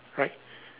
right